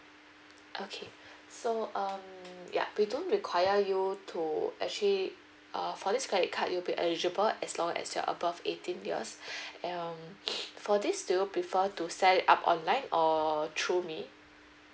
okay so um yup we don't require you to actually uh for this credit card you will be eligible as long as you're above eighteen years um for this do you prefer to set it up online or through me